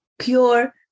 pure